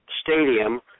stadium